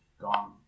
gone